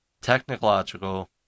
technological